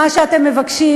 מה שאתם מבקשים,